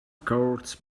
courts